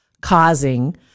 causing